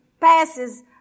passes